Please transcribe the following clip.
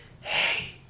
hey